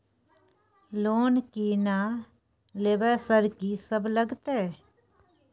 Loan की ना लेबय सर कि सब लगतै?